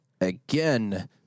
again